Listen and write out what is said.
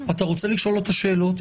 אתה רוצה לשאול אותה שאלות,